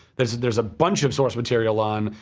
there is there is a bunch of source material on,